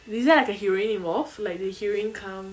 is it like a heroine involved like the heroine come